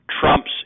trumps